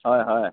হয় হয়